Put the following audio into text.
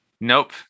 Nope